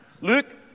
Luke